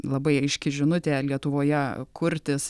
labai aiški žinutė lietuvoje kurtis